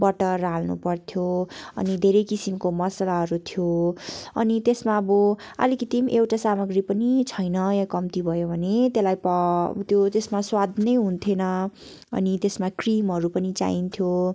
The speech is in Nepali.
बटर हाल्नु पर्थ्यो अनि धैरे किसिमको मसालाहरू थियो अनि त्यसमा अब अलिकति पनि एउटा सामग्री पनि छैन वा कम्ती भयो भने त्यसलाई ऊ त्यो त्यसमा स्वाद नै हुन्थेन अनि त्यसमा क्रिमहरू पनि चाहिन्थ्यो